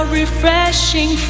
refreshing